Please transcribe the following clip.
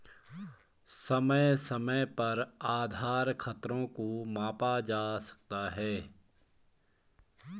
समय समय पर आधार खतरों को मापा जा सकता है